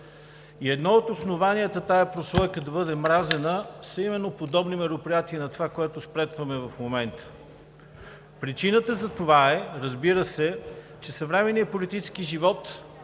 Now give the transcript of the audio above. а едно от основанията тази прослойка да бъде мразена е именно подобно мероприятие на това, което спретваме в момента. Причината за това е, разбира се, че съвременният политически живот